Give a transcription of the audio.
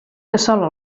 cassola